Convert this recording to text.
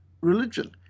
religion